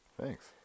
Thanks